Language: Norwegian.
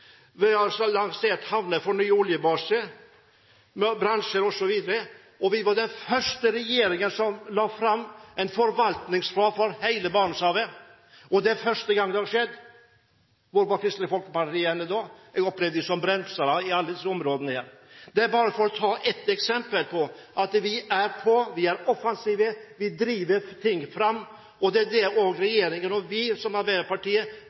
Vi har lansert havner for ny oljebase med bransjestandarder osv. Vi var den første regjeringen som la fram en forvaltningsplan for hele Barentshavet. Det er første gang det har skjedd. Hvor var Kristelig Folkeparti da? Jeg har opplevd dem som brems på alle disse områdene. Dette bare for å ta noen eksempler på at vi er «på», vi er offensive, vi driver ting fram, og det regjeringen og vi i Arbeiderpartiet